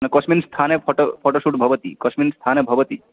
न कस्मिन् स्थाने फ़ोटो फ़ोटो शूट् भवति कस्मिन् स्थाने भवति